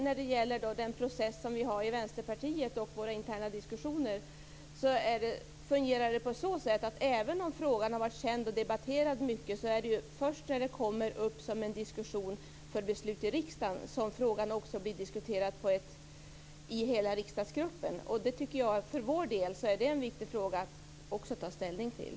När det gäller den process som vi har i Vänsterpartiet och våra interna diskussioner fungerar det på så sätt att även om frågan har varit känd och mycket debatterad är det först när den kommer upp som en diskussion inför ett beslut i riksdagen som frågan också blir diskuterad i hela riksdagsgruppen. För vår del är detta en viktig fråga att också ta ställning till.